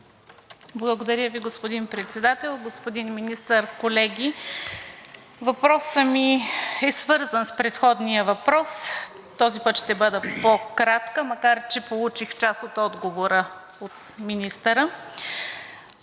Благодаря Ви, господин Председател. Господин Министър, колеги! Въпросът ми е свързан с предходния въпрос. Този път ще бъда по-кратка, макар че получих част от отговора от министъра.